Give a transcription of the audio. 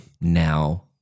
Now